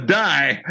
die